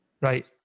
Right